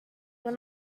will